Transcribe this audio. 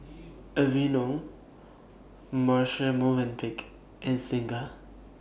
Aveeno Marche Movenpick and Singha